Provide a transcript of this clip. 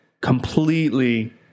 completely